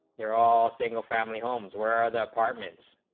their all single family homes were the apartments